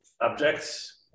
Objects